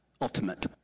ultimate